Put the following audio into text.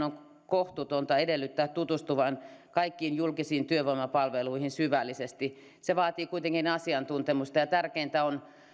on kohtuutonta edellyttää työnantajan tutustuvan kaikkiin julkisiin työvoimapalveluihin syvällisesti se vaatii kuitenkin asiantuntemusta ja tärkeintä on